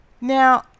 now